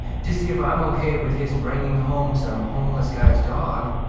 to see if i'm okay with his bringing home some homeless guy's dog.